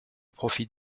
profite